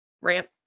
ramp